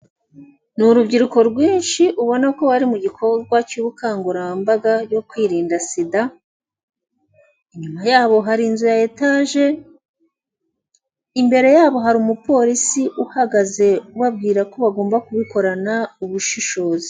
Urubyiruko rwinshi ubona ko bari mu gikorwa cy'ubukangurambaga bwo kwirinda sida, inyuma yabo hari inzu ya etage, imbere yabo hari umupolisi uhagaze ubabwira ko bagomba kubikorana ubushishozi.